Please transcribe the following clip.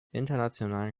internationalen